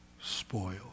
spoiled